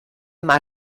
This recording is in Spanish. más